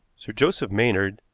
sir joseph maynard,